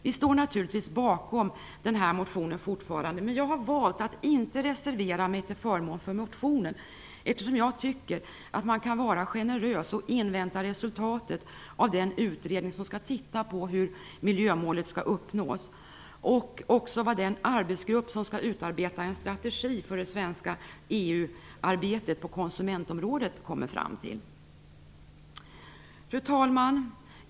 Vi står naturligtvis fortfarande bakom den här motionen, men jag har valt att inte reservera mig till förmån för motionen eftersom jag tycker att man kan vara generös och invänta resultatet av den utredning som skall titta på hur miljömålet skall uppnås och vad den arbetsgrupp som skall utarbeta en strategi för det svenska EU-arbetet på konsumentområdet kommer fram till. Fru talman!